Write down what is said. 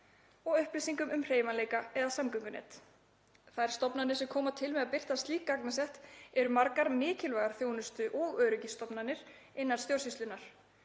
og upplýsingum um hreyfanleika eða samgöngunet. Þær stofnanir sem koma til með að birta slík gagnasett eru margar mikilvægar þjónustu- og öryggisstofnanir innan stjórnsýslunnar.